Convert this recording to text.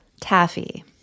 Taffy